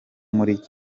muri